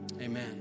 Amen